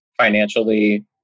financially